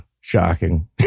Shocking